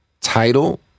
title